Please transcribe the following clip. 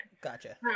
Gotcha